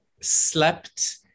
slept